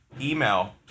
email